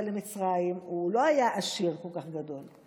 למצרים הוא לא היה עשיר כל כך גדול.